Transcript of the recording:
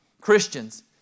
Christians